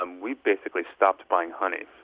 um we basically stopped buying honey.